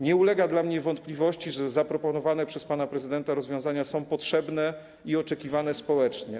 Nie ulega dla mnie wątpliwości, że zaproponowane przez pana prezydenta rozwiązania są potrzebne i oczekiwane społecznie.